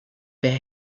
bear